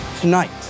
Tonight